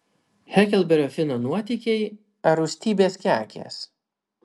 heklberio fino nuotykiai ar rūstybės kekės